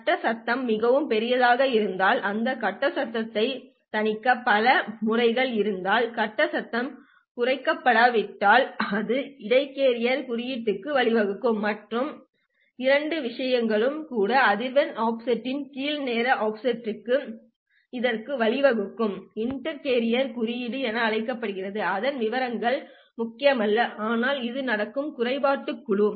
கட்ட சத்தம் மிகவும் பெரியதாக இருந்தால் அந்த கட்ட சத்தத்தைத் தணிக்க பல முறைகள் இருந்தால் கட்ட சத்தம் குறைக்கப்படாவிட்டால் அது இடை கேரியர் குறுக்கீட்டிற்கு வழிவகுக்கும் மற்ற இரண்டு விஷயங்களும் கூட அதிர்வெண் ஆஃப்செட்டின் கீழ் நேர ஆஃப்செட் எதற்கு வழிவகுக்கும் இன்டர் கேரியர் குறுக்கீடு என அழைக்கப்படுகிறது அதன் விவரங்கள் முக்கியமல்ல ஆனால் இது நடக்கும் குறைபாடுகளின் குழு